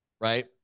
right